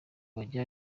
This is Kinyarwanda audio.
bagira